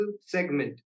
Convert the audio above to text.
segment